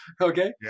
okay